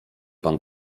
pan